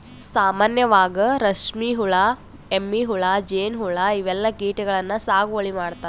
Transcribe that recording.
ಸಾಮಾನ್ಯವಾಗ್ ರೇಶ್ಮಿ ಹುಳಾ, ಎಮ್ಮಿ ಹುಳಾ, ಜೇನ್ಹುಳಾ ಇವೆಲ್ಲಾ ಕೀಟಗಳನ್ನ್ ಸಾಗುವಳಿ ಮಾಡ್ತಾರಾ